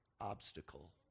obstacle